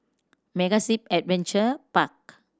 MegaZip Adventure Park